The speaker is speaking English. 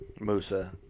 Musa